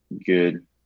good